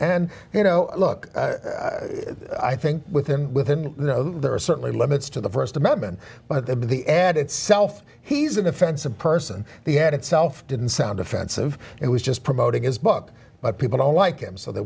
and you know look i think within within the there are certainly limits to the st amendment but the the ad itself he's an offensive person the ad itself didn't sound offensive it was just promoting his book but people don't like him so they